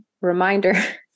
reminder